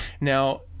Now